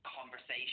conversation